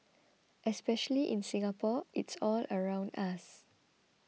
especially in Singapore it's all around us